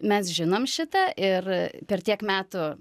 mes žinom šitą ir per tiek metų